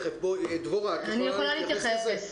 דבורה, את יכולה להתייחס לזה?